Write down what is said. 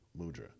Mudra